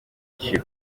biciye